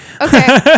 Okay